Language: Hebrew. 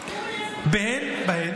שבהן